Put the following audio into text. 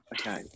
Okay